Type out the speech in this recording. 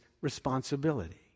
responsibility